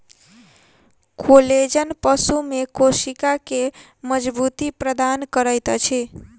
collagen पशु में कोशिका के मज़बूती प्रदान करैत अछि